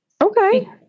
Okay